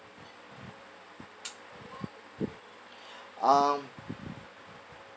um